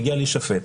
היא הגיעה להישפט.